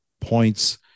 points